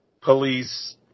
police